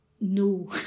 no